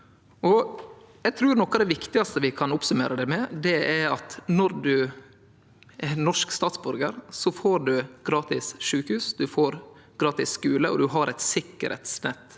Eg trur noko av det viktigaste vi kan samanfatte det med, er at når du er norsk statsborgar, får du gratis sjukehus, du får gratis skule, og du har eit sikkerheitsnett